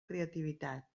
creativitat